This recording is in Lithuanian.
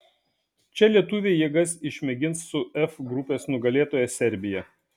čia lietuviai jėgas išmėgins su f grupės nugalėtoja serbija